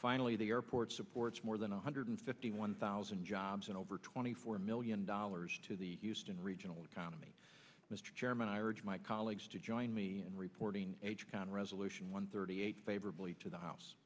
finally the airport supports more than one hundred fifty one thousand jobs and over twenty four million dollars to the houston regional economy mr chairman i urge my colleagues to join me in reporting count resolution one thirty eight favorably to the house